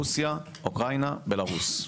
רוסיה, אוקראינה, בלרוס.